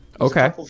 Okay